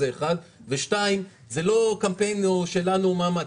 ודבר שני, זה לא קמפיין שלנו או מאמץ.